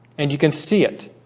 and you can see it